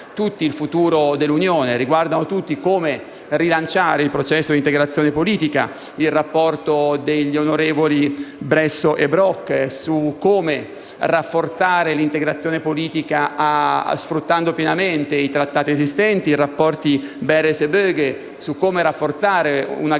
il futuro dell'Unione europea e le modalità con cui rilanciare il processo di integrazione politica. Mi riferisco al rapporto degli onorevoli Bresso e Brok su come rafforzare l'integrazione politica sfruttando pienamente i trattati esistenti, ai rapporti Berès e Böge su come rafforzare una